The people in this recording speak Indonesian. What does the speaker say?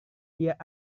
dia